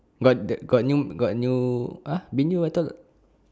but the got new got new !huh! bin yoo I thought